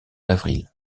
avril